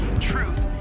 Truth